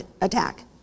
attack